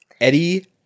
Eddie